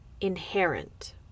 inherent